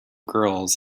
girls